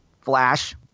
flash